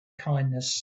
kindness